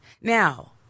Now